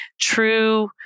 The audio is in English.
true